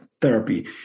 therapy